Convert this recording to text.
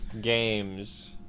games